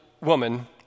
woman